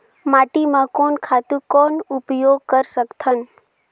माटी म कोन खातु कौन उपयोग कर सकथन?